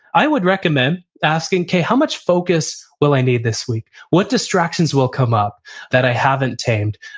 i would recommend asking, okay, how much focus will i need this week? what distractions will come up that i haven't tamed?